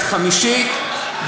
אז חמישית,